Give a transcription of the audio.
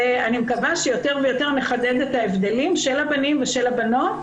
אני מקווה שיותר ויותר נחדד את ההבדלים בין הבנים והבנות,